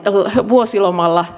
vuosilomalla